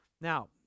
Now